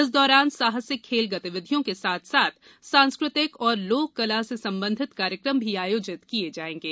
इस दौरान साहसिक खेल गतिविधियों के साथ साथ सांस्कृतिक एवं लोक कला से संबंधित कार्यक्रम भी आयोजित किए जायें गे